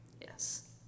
Yes